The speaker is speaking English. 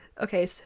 Okay